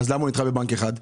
הוא נדחה בבנק אחד,